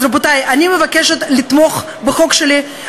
אז, רבותי, אני מבקשת לתמוך בחוק שלי.